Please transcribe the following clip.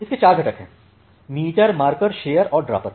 इसके चार घटक हैं मीटर मार्कर शेपर और ड्रॉपर